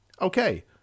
Okay